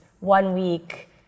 one-week